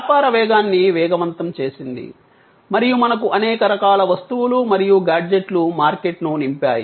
వ్యాపార వేగాన్ని వేగవంతం చేసింది మరియు మనకు అనేక రకాల వస్తువులు మరియు గాడ్జెట్లు మార్కెట్ను నింపాయి